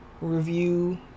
review